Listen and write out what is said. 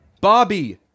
bobby